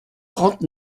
trente